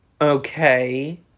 Okay